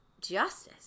justice